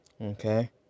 Okay